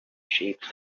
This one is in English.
shapes